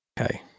okay